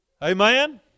Amen